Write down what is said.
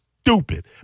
stupid